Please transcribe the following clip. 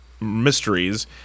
mysteries